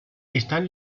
están